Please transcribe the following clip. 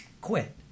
quit